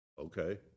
okay